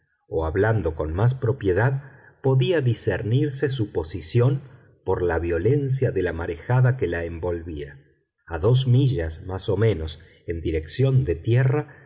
o hablando con más propiedad podía discernirse su posición por la violencia de la marejada que la envolvía a dos millas más o menos en dirección de tierra